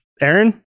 Aaron